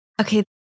Okay